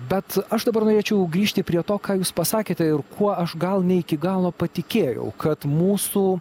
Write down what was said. bet aš dabar norėčiau grįžti prie to ką jūs pasakėte ir kuo aš gal ne iki galo patikėjau kad mūsų